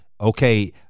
okay